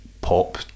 pop